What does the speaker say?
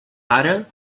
ara